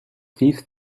thief